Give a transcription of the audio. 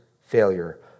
failure